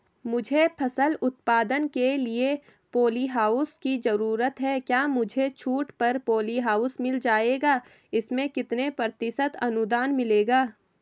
मुझे फसल उत्पादन के लिए प ॉलीहाउस की जरूरत है क्या मुझे छूट पर पॉलीहाउस मिल जाएगा इसमें कितने प्रतिशत अनुदान मिलेगा?